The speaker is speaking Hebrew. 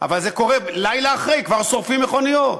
אבל זה קורה, לילה אחרי כבר שורפים מכוניות.